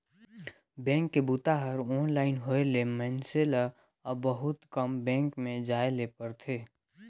bank के बूता हर ऑनलाइन होए ले मइनसे ल अब बहुत कम बेंक में जाए ले परथे